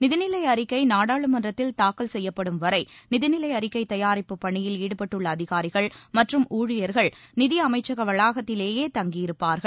நிதிநிலை அறிக்கை நாடாளுமன்றத்தில் தாக்கல் செய்யப்படும் வரை நிதிநிலை அறிக்கை தயாரிப்புப் பணியில் ஈடுபட்டுள்ள அதிகாரிகள் மற்றும் ஊழியர்கள் நிதியமைச்சக வளாகத்திலேயே தங்கியிருப்பார்கள்